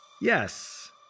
Yes